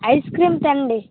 ice cream తెండి